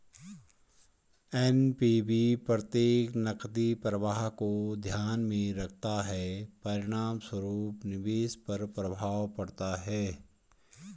NPV प्रत्येक नकदी प्रवाह को ध्यान में रखता है, परिणामस्वरूप निवेश पर प्रभाव पड़ता है